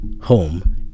home